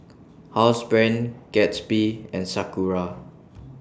Housebrand Gatsby and Sakura